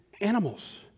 animals